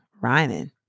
rhyming